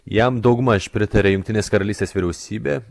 jam daugmaž pritaria jungtinės karalystės vyriausybė